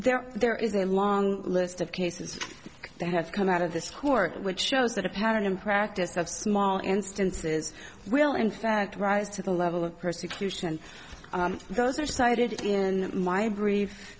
there there is a long list of cases that have come out of this court which shows that a pattern in practice that small instances will in fact rise to the level of persecution and those are cited in my brief